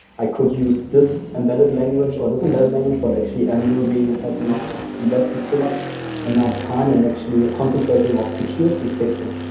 i could use this embedded language, or this embedded language, but actually ah mruby has now invested so much and not time in actually concentrating off security fixing,